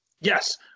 Yes